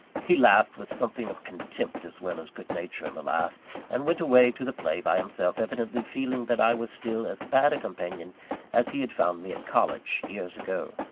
he laughed, with something of contempt as well as good-nature in the laugh and went away to the play by himself evidently feeling that i was still as bad a companion as he had found me at college, years ago.